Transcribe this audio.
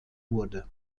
wurde